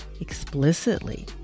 explicitly